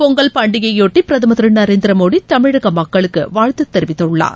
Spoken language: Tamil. பொங்கல் பண்டிகையையொட்டி பிரதமர் திரு நரேந்திர மோடி தமிழக மக்களுக்கு வாழ்த்துத் தெரிவித்துள்ளார்